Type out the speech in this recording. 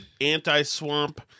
anti-swamp